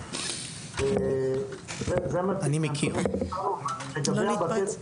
אחרי זה הם ממשיכים ומגיעים לצי